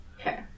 Okay